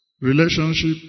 relationship